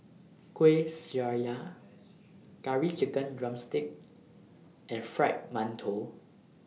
Kueh Syara Curry Chicken Drumstick and Fried mantou